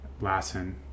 Lassen